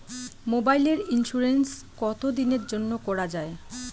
মোবাইলের ইন্সুরেন্স কতো দিনের জন্যে করা য়ায়?